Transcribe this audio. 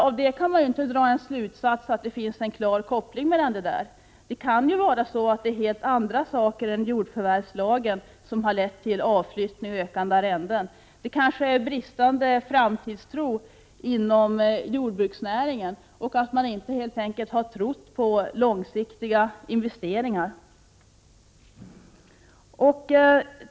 Av det kan vi inte dra slutsatsen att det finns en klar koppling. Det kan alltså vara helt andra saker än jordförvärvslagen som har lett till avflyttning och ökande arrenden. Det kanske är bristande framtidstro inom jordbruksnäringen, t.ex. att man inte tror på långsiktiga investeringar.